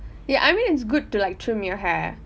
ya I mean it's good to like trim your hair